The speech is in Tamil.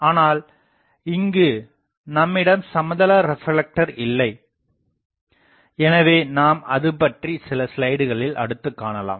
ஆனால் இங்கு நம்மிடம் சமதள ரெப்லெக்டர் இல்லை எனவே நாம் அதுபற்றிச் சில ஸ்லைடுகளில் அடுத்துக் காணலாம்